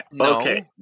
Okay